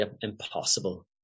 impossible